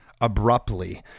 abruptly